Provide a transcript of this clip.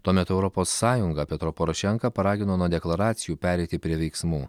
tuo metu europos sąjungą petro porošenka paragino nuo deklaracijų pereiti prie veiksmų